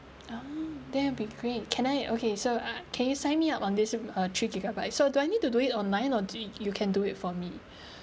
oh that would be great can I okay so I I can you sign me up on this uh three gigabyte so do I need to do it online or do you can do it for me